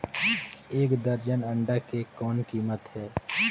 एक दर्जन अंडा के कौन कीमत हे?